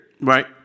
Right